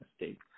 mistake